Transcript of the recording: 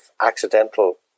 accidental